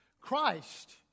Christ